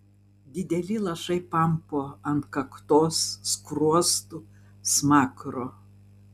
dideli lašai pampo ant kaktos skruostų smakro